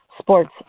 Sports